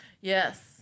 Yes